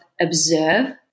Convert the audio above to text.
observe